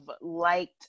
liked